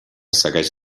segueix